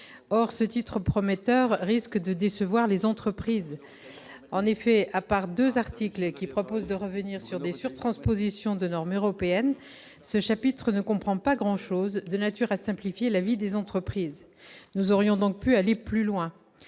or ce titre prometteur risque de décevoir les entreprises, en effet, à part 2 articles qui propose de revenir sur des sur-transpositions de normes européennes ce chapitre ne comprend pas grand-chose de nature à simplifier la vie des entreprises, nous aurions donc pu aller plus loin